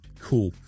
Cool